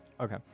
Okay